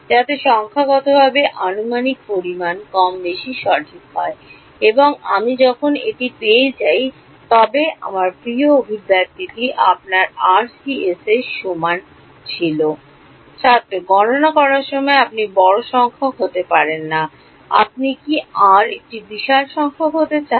যাতে সংখ্যাগতভাবে আনুমানিক পরিমাণ কমবেশি সঠিক হয় এবং আমি যখন এটি পেয়ে যাই তবে আমার প্রিয় অভিব্যক্তিটি আপনার আরসিএসের জন্য এটির সমান কী ছিল ছাত্র গণনা করার সময় আপনি বড় সংখ্যক হতে পারেন বা আপনি কি r একটি বিশাল সংখ্যক হতে চান